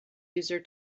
user